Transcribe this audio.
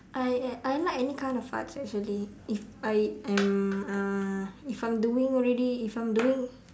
I I like any kind of arts actually if I am uh if I'm doing already if I'm doing